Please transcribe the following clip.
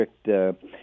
strict